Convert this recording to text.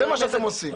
זה מה שאתם עושים.